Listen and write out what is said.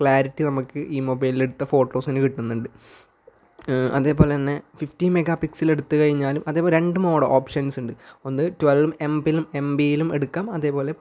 clarity നമുക്ക് ഈ മൊബൈലിൽ എടുത്ത ഫോട്ടോസിന് കിട്ടുന്നുണ്ട് അതേപോലെ തന്നെ ഫിഫ്റ്റി മെഗാ പിക്സലിൽ എടുത്തുകഴിഞ്ഞാലും അതേപോലെ രണ്ട് മോഡ് ഓപ്ഷൻസുണ്ട് ഒന്ന് ട്വൽവ് എം എൽ എംബിയിലും എടുക്കാം അതേപോലെ